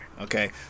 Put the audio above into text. Okay